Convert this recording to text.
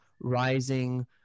rising